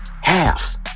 half